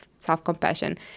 self-compassion